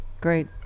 great